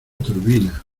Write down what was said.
turbina